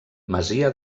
masia